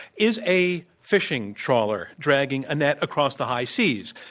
is a fishing trawler dragging a net across the high seas.